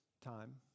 time